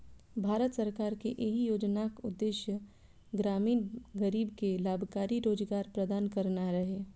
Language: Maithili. भारत सरकार के एहि योजनाक उद्देश्य ग्रामीण गरीब कें लाभकारी रोजगार प्रदान करना रहै